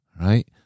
right